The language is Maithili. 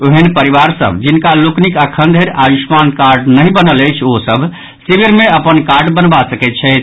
ओहेन परिवार सभ जिनका लोकनिक अखनधरि आयुष्मान कार्ड नहि बनल अछि ओ सभ शिविर मे अपन कार्ड बनावा सकैत छथि